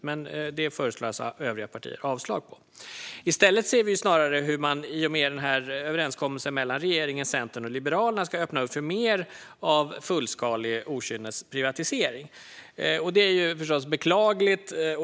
Detta föreslår dock övriga partier avslag på. Snarare ser vi hur man i och med överenskommelsen mellan regeringen, Centern och Liberalerna ska öppna upp för mer av fullskalig okynnesprivatisering, vilket förstås är beklagligt.